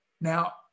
Now